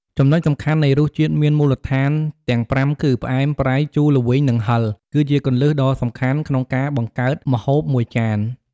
ចំណុចសំខាន់នៃរសជាតិមានមូលដ្ឋានទាំងប្រាំគឺ ផ្អែម ប្រៃ ជូរ ល្វីង និងហឹរ គឺជាគន្លឹះដ៏សំខាន់ក្នុងការបង្កើតម្ហូបមួយចាន។